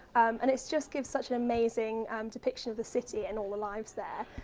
and it just gives such an amazing depiction of the city and all the lives there.